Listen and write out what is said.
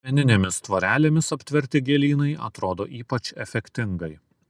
akmeninėmis tvorelėmis aptverti gėlynai atrodo ypač efektingai